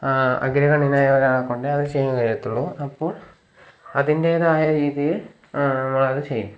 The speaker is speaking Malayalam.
അഗ്രകണ്യനായ ഒരാളെ കൊണ്ടെ അത് ചെയ്യാൻ കഴിയത്തുള്ളൂ അപ്പോൾ അതിൻറ്റേതായ രീതിയിൽ അത് ചെയ്യും